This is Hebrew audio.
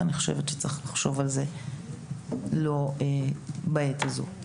אני חושבת שצריך לחשוב על זה, לא בעת הזאת.